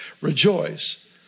rejoice